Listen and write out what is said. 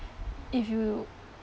if you